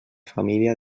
família